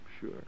Sure